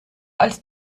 als